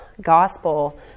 gospel